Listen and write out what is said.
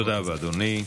תודה רבה, אדוני.